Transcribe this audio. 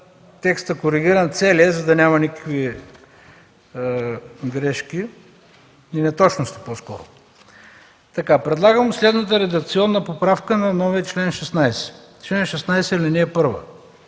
целия коригиран текст, за да няма никакви грешки и неточности по-скоро. Предлагам следната редакционна поправка на новия чл. 16: „Чл. 16. (1) Комисията